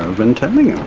been telling yeah